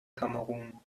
kamerun